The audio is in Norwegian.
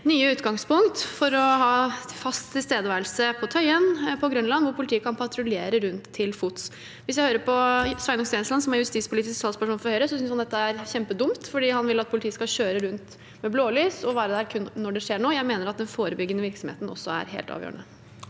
nye utgangspunkt for å ha fast tilstedeværelse på Tøyen og på Grønland, hvor politiet kan patruljere rundt til fots. Sveinung Stensland, som er justispolitisk talsperson for Høyre, synes at dette er kjempedumt, for han vil at politiet skal kjøre rundt med blålys og være der kun når det skjer noe. Jeg mener at den forebyggende virksomheten også er helt avgjørende.